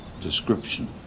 description